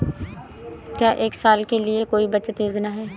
क्या एक साल के लिए कोई बचत योजना है?